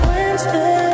Wednesday